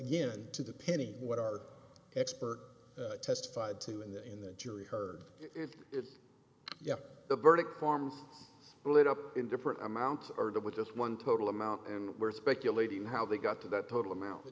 again to the penny what our expert testified to in the in the jury heard if it yeah the verdict form will it up in different amounts or double just one total amount and we're speculating how they got to that total amount